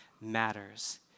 matters